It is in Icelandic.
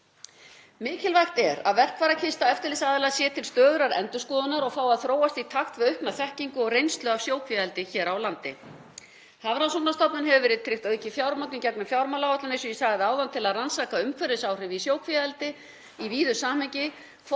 Mikilvægt er að verkfærakista eftirlitsaðila sé í stöðugri endurskoðun og fái að þróast í takt við aukna þekkingu og reynslu af sjókvíaeldi hér á landi. Hafrannsóknastofnun hefur verið tryggt aukið fjármagn í gegnum fjármálaáætlun, eins og ég sagði áðan, til að rannsaka umhverfisáhrif í sjókvíaeldi í víðu samhengi,